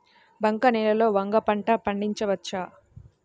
బంక నేలలో వంగ పంట పండించవచ్చా?